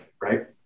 right